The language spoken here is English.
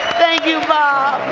thank you, bob!